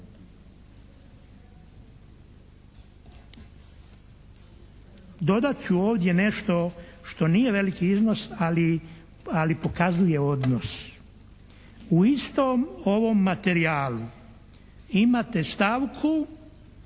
Dodat ću ovdje nešto što nije veliki iznos ali pokazuje odnos. U istom ovom materijalu imate stavku